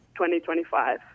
2025